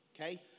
okay